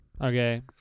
Okay